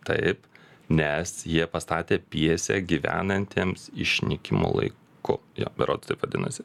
taip nes jie pastatė pjesę gyvenantiems išnykimo laiku jo berods taip vadinasi